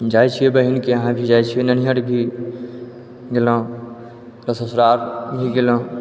जाइ छिए बहिनके यहाँ भी जाइ छिए ननिहर भी गेलहुँ या ससुराल भी गेलहुँ